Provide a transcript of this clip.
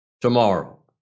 tomorrow